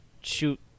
shoot –